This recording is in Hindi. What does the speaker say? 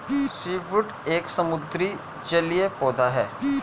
सीवूड एक समुद्री जलीय पौधा है